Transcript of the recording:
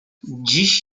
dziś